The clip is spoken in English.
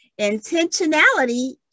Intentionality